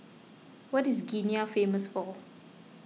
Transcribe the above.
what is Guinea famous for